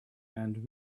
and